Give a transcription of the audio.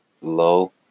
low